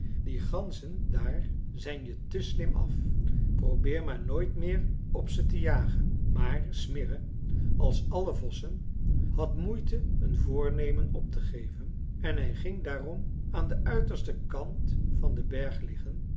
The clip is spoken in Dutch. die ganzen daar zijn je te slim af probeer maar nooit meer op ze te jagen maar smirre als alle vossen had moeite een voornemen op te geven en hij ging daarom aan den uitersten kant van den berg liggen